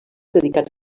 dedicats